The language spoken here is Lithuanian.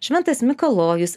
šventas mikalojus